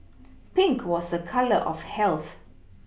Pink was a colour of health